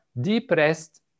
depressed